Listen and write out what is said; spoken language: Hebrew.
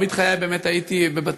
מרבית חיי באמת הייתי בבתי-חולים,